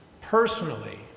Personally